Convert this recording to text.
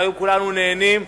והיום כולנו נהנים,